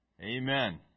Amen